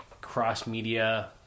cross-media